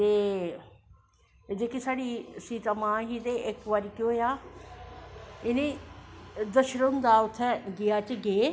ते जेह्की साढ़ी सीता मां ही ते इक बारी कोेह् होआ उत्थें दशरथ हुंदा उत्थै गेआ चे गे